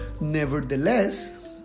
Nevertheless